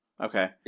Okay